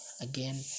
again